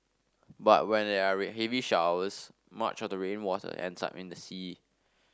but when there are heavy showers much of the rainwater ends up in the sea